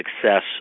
success